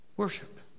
worship